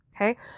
Okay